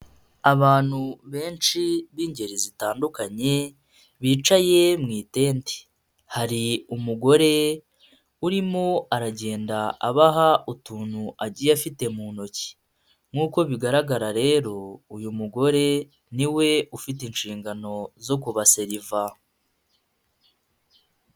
Abantu benshi b'ingeri zitandukanye bicaye mu itente, hari umugore urimo aragenda abaha utuntu agiye afite mu ntoki nk'uko bigaragara rero uyu mugore ni we ufite inshingano zo kuba seriva.